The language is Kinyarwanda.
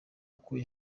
uko